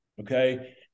okay